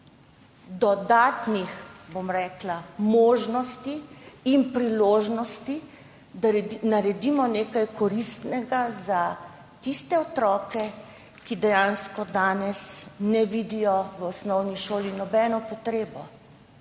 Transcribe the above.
dodatnih možnosti in priložnosti, da naredimo nekaj koristnega za tiste otroke, ki dejansko danes ne vidijo v osnovni šoli nobene potrebe,